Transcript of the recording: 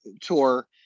tour